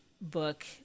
book